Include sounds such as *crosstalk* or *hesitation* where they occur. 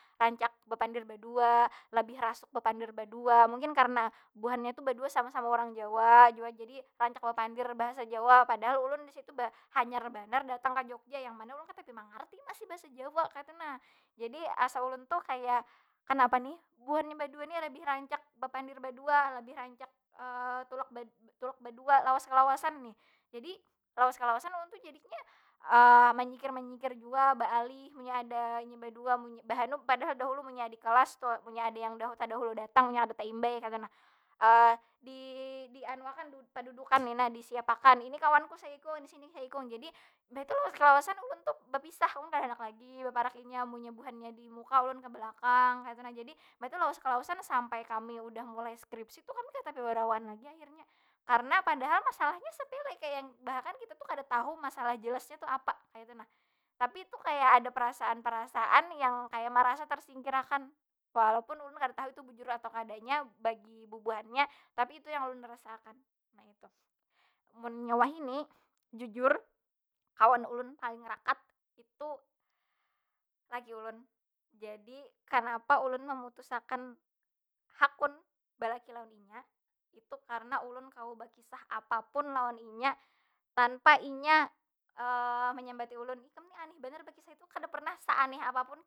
Rancak bapandir badua, labih rasuk bapandir badua. Mungkin karena buhannya tu badua sama- sama urang jawa jua, jadi rancak bapandir bahasa jawa. Padahal ulun di situ *hesitation* hanyar banar datang ka jogja, yang mana ulun katapi mangarti masih bahasa jawa kaytu nah. Jadi asa ulun tu kaya, kanapa nih buhannya badua nih labih rancak bapandir badua, labih rancak *hesitation* tulak, tulak badua lawas kalawasan ni. Jadi lawas kalawasan ulun tu jadinya manyingkir- manyingkir jua baalih munnya ada inya badua. *hesitation* mbah anu, padahal dahulu munnya adik kelas tu, munnya ada yang *hesitation* tadahulu datang munnya kada taimbay kaytu nah. *hesitation* di dianuakan *hesitation* padudukan ni nah, disiap akan. Ini kawanku saikung, di sini saikung. Jadi, mbah itu lawas kalawasan ulun tu bapisah. Ulun kada handak lagi baparak inya. Munnya buhannya di muka, ulun ka balakang kaytu nah. Jadi, mbah itu lawas kalawasan sampai kami udah mulai skripsi tu kami kada tapi barawaan lagi akhirnya. Karena padahal masalahnya sapele kaya yang bahkan kita tu kada tahu masalah jelasnya tu apa kaytu nah. Tapi itu kaya ada perasaan- perasaan yang kaya merasa tersingkir akan. Walaupun ulun kada tahu itu bujur atau kadanya, bagi bubuhannya. Tapi itu yang ulun rasa akan nah itu. Munya wahini jujur kawan ulun paling rakat itu laki ulun. Jadi kanapa ulun memutus akan hakun balaki lawan inya, itu karena ulun kawa bakisah apapun lawan inya tanpa inya *hesitation* manyambati ulun, ikam ni aneh banar bakisah itu. Kada pernah saaneh apapun.